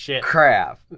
crap